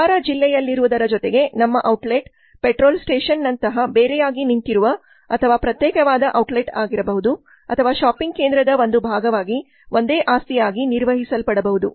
ವ್ಯಾಪಾರ ಜಿಲ್ಲೆಯಲ್ಲಿರುವುದರ ಜೊತೆಗೆ ನಮ್ಮ ಔಟ್ಲೆಟ್ ಪೆಟ್ರೋಲ್ ಸ್ಟೇಷನ್ನಂತಹ ಬೇರೆಯಾಗಿ ನಿಂತಿರುವ ಅಥವಾ ಪ್ರತ್ಯೇಕವಾದ ಔಟ್ಲೆಟ್ ಆಗಿರಬಹುದು ಅಥವಾ ಶಾಪಿಂಗ್ ಕೇಂದ್ರದ ಒಂದು ಭಾಗವಾಗಿ ಒಂದೇ ಆಸ್ತಿಯಾಗಿ ನಿರ್ವಹಿಸಲ್ಪಡಬಹುದು